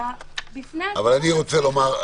אלא בפני עצמו מצריך התייחסות.